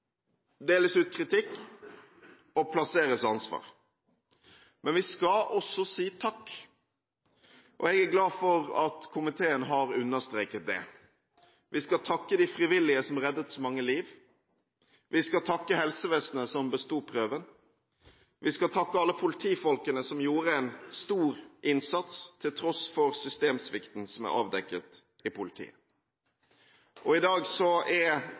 deles ut kritikk og plasseres ansvar. Men vi skal også si takk, og jeg er glad for at komiteen har understreket det. Vi skal takke de frivillige, som reddet så mange liv, vi skal takke helsevesenet, som besto prøven, og vi skal takke alle politifolkene som gjorde en stor innsats, til tross for systemsvikten som er avdekket i politiet. I dag er